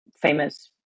famous